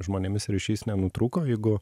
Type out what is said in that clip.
žmonėmis ryšys nenutrūko jeigu